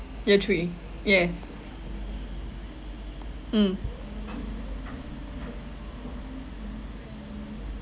year three yes mm